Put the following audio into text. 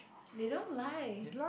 they don't lie